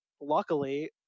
luckily